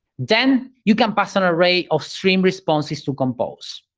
then you can pass an array of stream responses to compose.